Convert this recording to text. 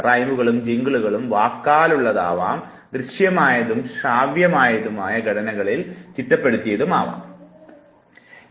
റൈമുകളും ജിങ്കിളുകളും വാക്കാലുള്ളതാണെങ്കിലും ദൃശ്യമായതായും ശ്രവണപരമായതുമായ ഘടനകളിൽ റൈമുകളെയും ജിങ്കിളുകളെയും ചിന്തിക്കാവുന്നതുമാണ്